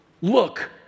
Look